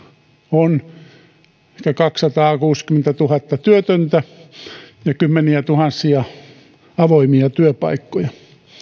on ehkä kaksisataakuusikymmentätuhatta työtöntä ja kymmeniätuhansia avoimia työpaikkoja